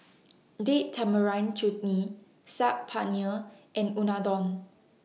Date Tamarind Chutney Saag Paneer and Unadon